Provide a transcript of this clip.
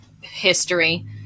history